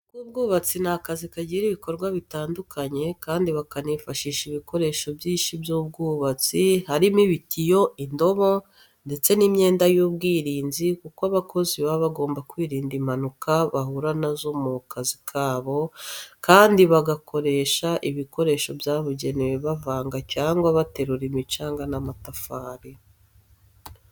Akazi k'ubwubatsi ni akazi kagira ibikorwa bitandukanye kandi bakanifashisha ibikoresho byinshi by'ubwubatsi harimo ibitiyo, indobo, ndetse n'imyenda y'ubwirinzi kuko abakozi baba bagomba kwirinda impanuka bahura na zo mu kazi kabo kandi bagakoresha ibikoresho byabugenewe bavanga cyangwa baterura imicanga n'amatafari.